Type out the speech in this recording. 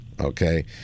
okay